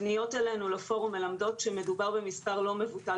הפניות אלינו לפורום מלמדות שמדובר במספר לא מבוטל